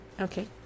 okay